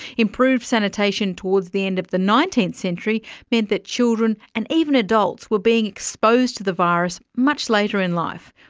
improved sanitation towards the end of the nineteenth century meant that children and even adults were being exposed to the virus much later in life,